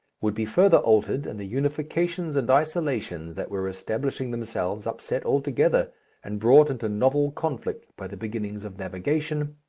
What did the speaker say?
would be further altered and the unifications and isolations that were establishing themselves upset altogether and brought into novel conflict by the beginnings of navigation,